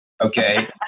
Okay